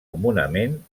comunament